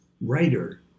writer